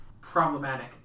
problematic